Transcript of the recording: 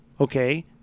Okay